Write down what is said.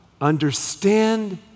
understand